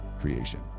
creation